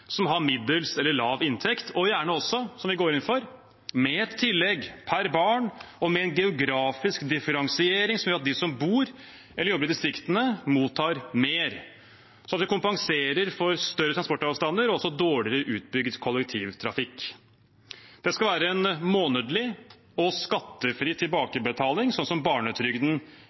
som har middels eller lav inntekt, og gjerne også – som vi går inn for – med et tillegg per barn og med en geografisk differensiering som gjør at de som bor eller jobber i distriktene, mottar mer, sånn at vi kompenserer for større transportavstander og også dårligere utbygd kollektivtrafikk. Det skal være en månedlig og skattefri tilbakebetaling, sånn barnetrygden